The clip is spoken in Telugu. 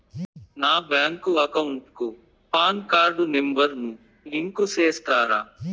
నా బ్యాంకు అకౌంట్ కు పాన్ కార్డు నెంబర్ ను లింకు సేస్తారా?